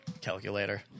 calculator